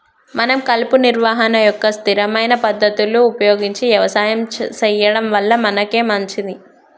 మనం కలుపు నిర్వహణ యొక్క స్థిరమైన పద్ధతులు ఉపయోగించి యవసాయం సెయ్యడం వల్ల మనకే మంచింది